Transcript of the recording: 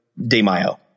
DeMaio